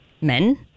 men